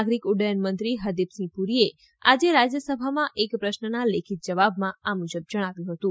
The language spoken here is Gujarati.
નાગરિક ઉદ્દયન મંત્રી હરદીપસિંહ પુરીએ આજે રાજ્યસભામાં એક પ્રશ્નના લેખીત જવાબમાં આ મુજબ જણાવ્યું હતું